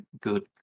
good